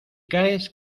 caes